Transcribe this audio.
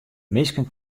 minsken